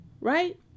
Right